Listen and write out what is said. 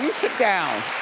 sit down.